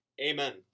amen